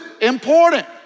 important